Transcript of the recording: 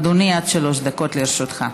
אדוני, עד שלוש דקות לרשותך.